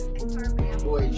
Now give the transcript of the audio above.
Boy